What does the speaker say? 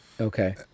Okay